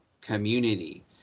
community